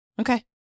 Okay